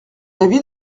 l’avis